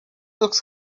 looks